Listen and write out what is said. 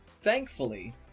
Thankfully